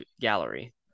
Gallery